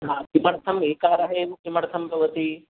किमर्थम् एकारः एव किमर्थं भवति